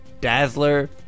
Dazzler